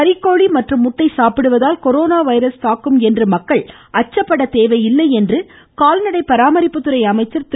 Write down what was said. கறிக்கோழி மற்றும் முட்டை சாப்பிடுவதால் கொரோனா வைரஸ் தாக்கும் என்று மக்கள் அச்சப்பட தேவையில்லை என்று கால்நடை பராமரிப்புத்துறை அமைச்சர் திரு